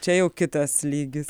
čia jau kitas lygis